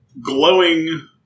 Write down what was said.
glowing